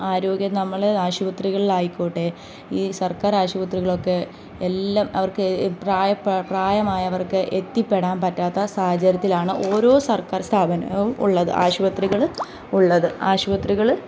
ആരോഗ്യം നമ്മൾ ആശുപത്രികളിലായിക്കോട്ടെ ഈ സർക്കാർ ആശുപത്രികളൊക്കെ എല്ലാം അവർക്ക് പ്രായമായ അവർക്ക് എത്തിപ്പെടാൻ പറ്റാത്ത സാഹചര്യത്തിലാണ് ഓരോ സർക്കാർ സ്ഥാപനവും ഉള്ളത് ആശുപത്രികൾ ഉള്ളത് ആശുപത്രികൾ